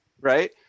right